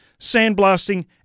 sandblasting